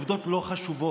עובדות לא חשובות.